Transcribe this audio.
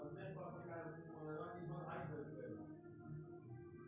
दलहनो के फसलो मे राजमा के महत्वपूर्ण जगह छै